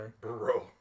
Bro